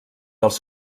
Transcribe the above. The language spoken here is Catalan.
dels